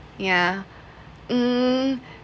yeah um